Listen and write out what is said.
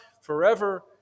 forever